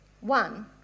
One